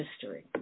history